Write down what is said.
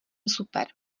super